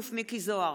מכלוף מיקי זוהר,